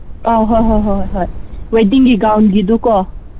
ꯑꯧ ꯍꯣꯏ ꯍꯣꯏ ꯍꯣꯏ ꯍꯣꯏ ꯋꯦꯗꯤꯡꯒꯤ ꯒꯥꯎꯟꯒꯤꯗꯣ ꯀꯣ